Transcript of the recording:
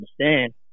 understand